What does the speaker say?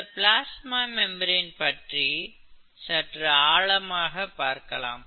இந்த plasma membrane பற்றி சற்று ஆழமாகப் பார்க்கலாம்